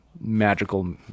magical